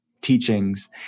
teachings